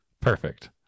Perfect